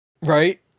Right